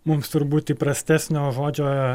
mums turbūt įprastesnio žodžio